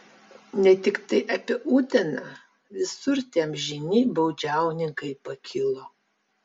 ne tiktai apie uteną visur tie amžini baudžiauninkai pakilo